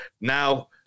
Now